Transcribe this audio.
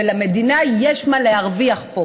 ולמדינה יש מה להרוויח פה.